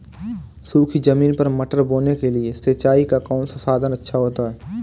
सूखी ज़मीन पर मटर बोने के लिए सिंचाई का कौन सा साधन अच्छा होता है?